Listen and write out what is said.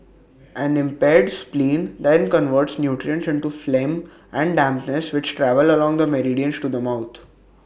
an impaired spleen then converts nutrients into phlegm and dampness which travel along the meridians to the mouth